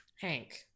Hank